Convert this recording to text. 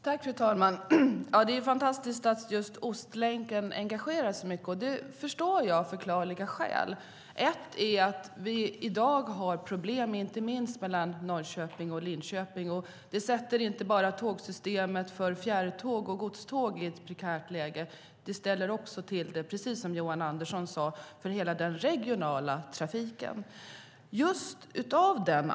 Fru talman! Det är fantastiskt att just Ostlänken engagerar så starkt. Det sker av förklarliga skäl. Ett skäl är att vi i dag har problem inte minst mellan Norrköping och Linköping. Det sätter inte bara tågsystemet för fjärrtåg och godståg i ett prekärt läge. Det ställer också till det, precis som Johan Andersson sade, för hela den regionala trafiken.